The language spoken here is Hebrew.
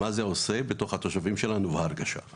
עם התחושות שנגרמות לתושבים שלנו אחרי המקרים האלה.